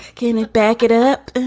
can it back it up